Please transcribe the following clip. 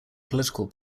political